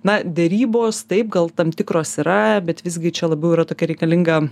na derybos taip gal tam tikros yra bet visgi čia labiau yra tokia reikalinga